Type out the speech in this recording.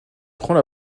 prend